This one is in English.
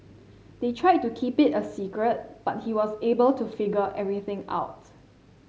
they tried to keep it a secret but he was able to figure everything out